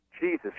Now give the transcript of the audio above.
Jesus